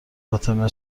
فاطمه